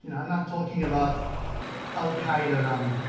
and i'm not talking about al qaeda-run